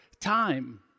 time